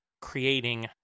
creating